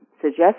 suggest